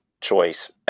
choice